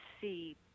see